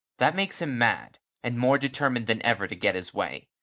that makes him mad and more determined than ever to get his way.